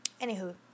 Anywho